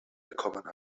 bekommen